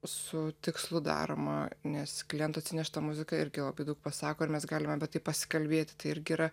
su tikslu daroma nes kliento atsinešta muzika irgi labai daug pasako ir mes galim bet tai pasikalbėti tai irgi yra